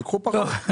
תיקחו פחות.